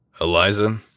Eliza